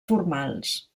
formals